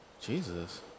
Jesus